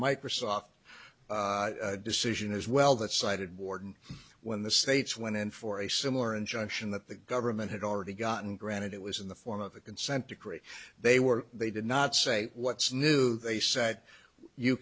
microsoft decision as well that cited warden when the states went in for a similar injunction that the government had already gotten granted it was in the form of a consent decree they were they did not say what's new they sat you